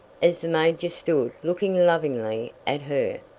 as the major stood looking lovingly at her,